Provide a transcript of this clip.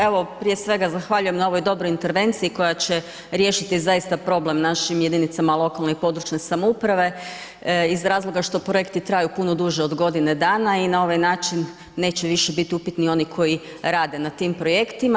Evo prije svega zahvaljujem na ovoj dobroj intervenciji koja će riješiti problem našim jedinicama lokalne i područne samouprave iz razloga što projekti traju puno duže od godine dana i na ovaj način neće više biti upitni oni koji rade na tim projektima.